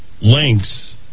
links